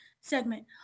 segment